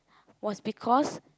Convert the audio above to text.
was because